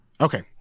Okay